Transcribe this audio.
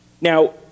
Now